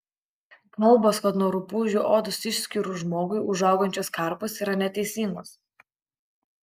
kalbos kad nuo rupūžių odos išskyrų žmogui užaugančios karpos yra neteisingos